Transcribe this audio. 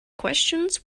questions